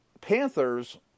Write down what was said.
Panthers